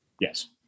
Yes